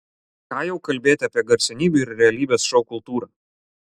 ką jau kalbėti apie garsenybių ir realybės šou kultūrą